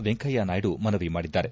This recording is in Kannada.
ವೆಂಕಯ್ಯನಾಯ್ಡು ಮನವಿ ಮಾಡಿದ್ದಾರೆ